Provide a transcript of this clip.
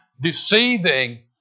deceiving